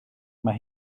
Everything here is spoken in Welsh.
mae